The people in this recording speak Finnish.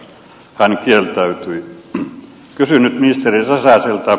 kysyn nyt ministeri räsäseltä